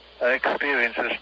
experiences